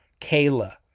Kayla